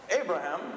Abraham